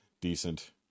decent